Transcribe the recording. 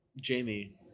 Jamie